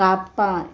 कापां